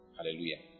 Hallelujah